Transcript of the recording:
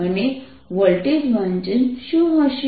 અને વોલ્ટેજ વાંચન શું હશે